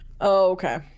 okay